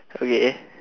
okay